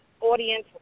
audience